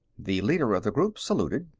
the leader of the group saluted.